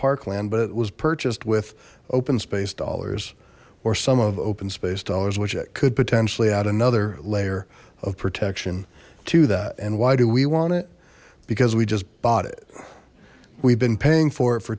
parkland but it was purchased with open space dollars or some of open space dollars which it could potentially add another layer of protection to that and why do we want it because we just bought it we've been paying for it for